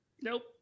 Nope